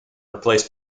replaced